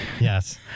Yes